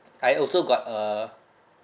I also got a